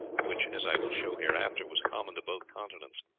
which, as i will show hereafter, was common to both continents,